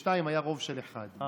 2 היה רוב של אחד.